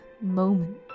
moment